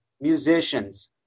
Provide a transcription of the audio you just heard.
musicians